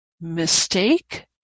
mistake